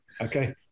Okay